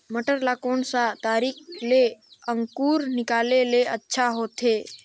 मटर ला कोन सा तरीका ले अंकुर निकाले ले अच्छा होथे?